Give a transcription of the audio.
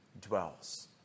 dwells